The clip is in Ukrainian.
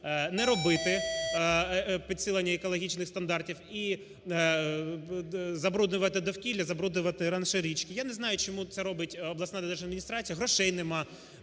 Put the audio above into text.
не робити підсилення екологічних стандартів, і забруднювати довкілля, і забруднювати ще річки. Я не знаю, чому це робить обласна держадміністрація: грошей нема